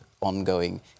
ongoing